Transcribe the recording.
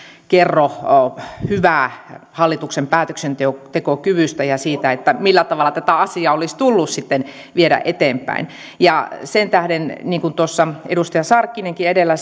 kerro hyvää hallituksen päätöksentekokyvystä ja siitä millä tavalla tätä asiaa olisi tullut viedä eteenpäin sen tähden niin kuin tuossa edustaja sarkkinenkin edellä